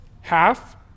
half